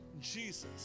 jesus